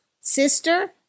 sister